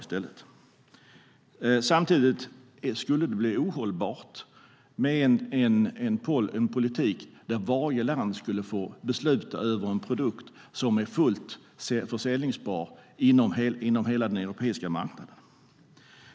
Samtidigt skulle det bli ohållbart med en politik där varje land skulle få besluta över en produkt som är fullt säljbar inom hela den europeiska marknaden.